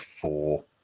four